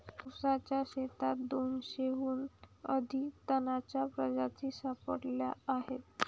ऊसाच्या शेतात दोनशेहून अधिक तणांच्या प्रजाती सापडल्या आहेत